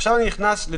עכשיו אני אציג את